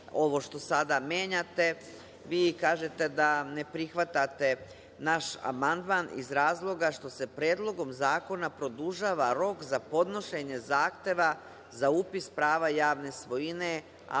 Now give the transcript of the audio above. ovo što sada menjate. Vi kažete da ne prihvatate naš amandman iz razloga što se Predlogom zakona produžava rok za podnošenje zahteva za upis prava javne svojine autonomne